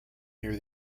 near